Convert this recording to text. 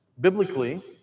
biblically